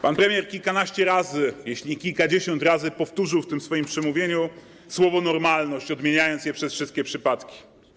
Pan premier kilkanaście razy, jeśli nie kilkadziesiąt, powtórzył w tym swoim przemówieniu słowo „normalność”, odmieniając je przez wszystkie przypadki.